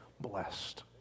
blessed